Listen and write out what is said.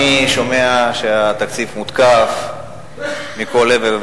אני שומע שהתקציב מותקף מכל עבר,